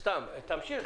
תודה.